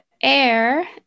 air